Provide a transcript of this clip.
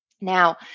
Now